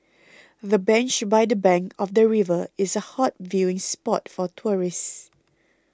the bench by the bank of the river is a hot viewing spot for tourists